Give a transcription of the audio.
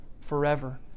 forever